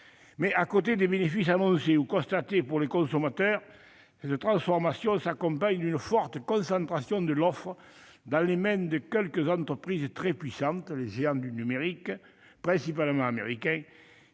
À côté des bénéfices annoncés ou constatés pour les consommateurs, cette transformation s'accompagne d'une forte concentration de l'offre dans les mains de quelques entreprises très puissantes : les géants du numérique, principalement américains,